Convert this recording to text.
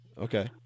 Okay